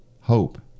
hope